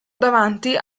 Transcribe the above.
davanti